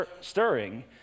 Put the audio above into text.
stirring